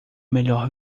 melhor